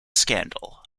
scandal